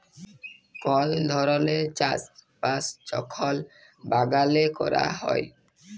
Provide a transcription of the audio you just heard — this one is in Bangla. কল ধরলের চাষ বাস যখল বাগালে ক্যরা হ্যয়